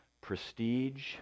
prestige